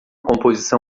composição